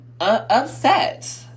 upset